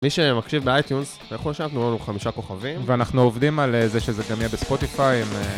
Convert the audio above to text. מי שמקשיב באייטיונס יכול לשנות לנו חמישה כוכבים ואנחנו עובדים על זה שזה גם יהיה בספוטיפיי